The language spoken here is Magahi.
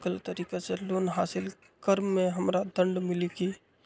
गलत तरीका से लोन हासिल कर्म मे हमरा दंड मिली कि?